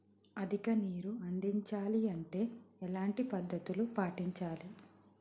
అధిక నీరు అందించాలి అంటే ఎలాంటి పద్ధతులు పాటించాలి?